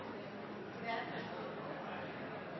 er mest